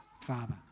Father